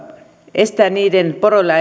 estää niiden poroille